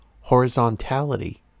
horizontality